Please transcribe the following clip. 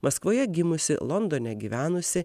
maskvoje gimusi londone gyvenusi